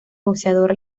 boxeador